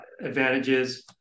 advantages